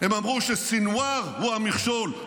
שסנוואר הוא המכשול,